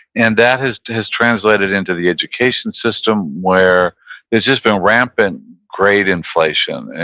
and that has has translated into the education system where there's just been rampant grade inflation, and